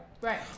right